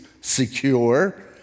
secure